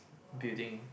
building